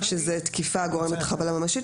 תקיפה הגורמת לחבלה ממשית.